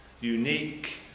unique